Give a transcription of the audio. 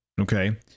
Okay